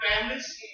families